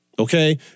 Okay